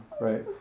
right